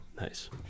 Nice